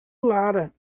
lara